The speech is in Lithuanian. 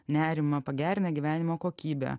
nerimą pagerina gyvenimo kokybę